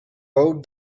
both